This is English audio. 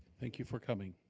thank you for coming.